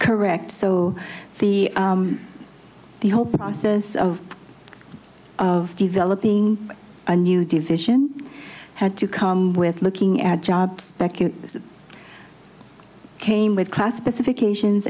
correct so the the whole process of developing a new division had to come with looking at job spec you came with class specific asians